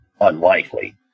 unlikely